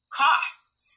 costs